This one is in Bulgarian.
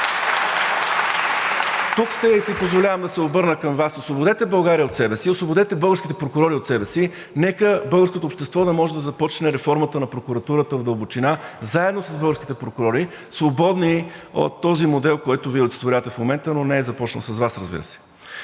Тук сте и си позволявам да се обърна към Вас: освободете България от себе си, освободете българските прокурори от себе си. Нека българското общество да може да започне реформата на прокуратурата в дълбочина заедно с българските прокурори, свободни от този модел, който Вие олицетворявате в момента, но не е започнал с Вас, разбира се.